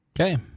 Okay